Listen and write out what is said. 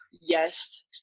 yes